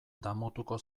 damutuko